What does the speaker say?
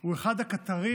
הוא אחד הקטרים,